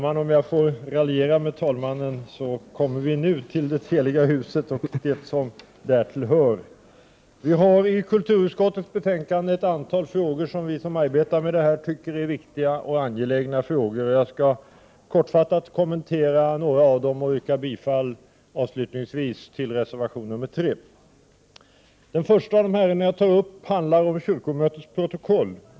Herr talman! Vi har i kulturutskottets betänkande ett antal frågor som vi som arbetar med kyrkliga frågor tycker är viktiga och angelägna. Jag skall kortfattat kommentera några av dem och avslutningsvis yrka bifall till reservation 3. Det första ärende som jag tar upp handlar om kyrkomötets protokoll.